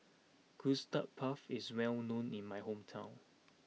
Custard Puff is well known in my hometown